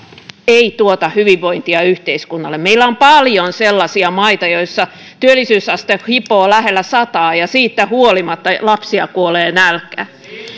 ei tuota hyvinvointia yhteiskunnalle meillä on paljon sellaisia maita joissa työllisyysaste hipoo sataa ja siitä huolimatta lapsia kuolee nälkään